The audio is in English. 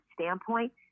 standpoint